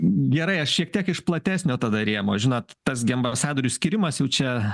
gerai aš šiek tiek iš platesnio tada rėmo žinot tas gi ambasadorių skyrimas jau čia